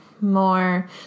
more